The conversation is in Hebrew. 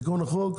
תיקון החוק,